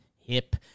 Hip